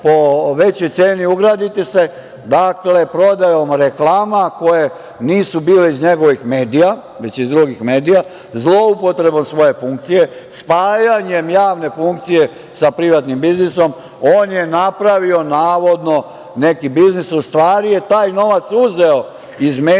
po većoj ceni, ugradite se. Dakle, prodajom reklama koje nisu bile iz njegovih medija, već iz drugih medija, zloupotrebom svoje funkcije, spajanjem javne funkcije sa privatnim biznisom. On je napravio navodno neki biznis, u stvari je taj novac uzeo iz medija